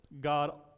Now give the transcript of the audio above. God